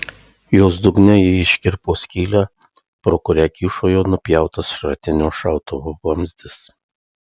jos dugne ji iškirpo skylę pro kurią kyšojo nupjautas šratinio šautuvo vamzdis